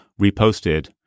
reposted